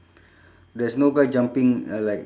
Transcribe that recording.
there's no guy jumping like